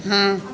हाँ